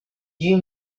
you